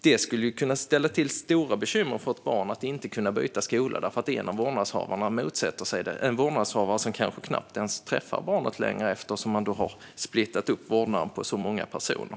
Det skulle kunna ställa till stora bekymmer för ett barn att inte kunna byta skola därför att en av vårdnadshavarna motsätter sig det - en vårdnadshavare som kanske knappt ens träffar barnet längre eftersom man har splittrat upp vårdnaden på så många personer.